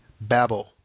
babble